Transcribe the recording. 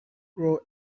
grow